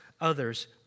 others